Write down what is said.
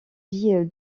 vie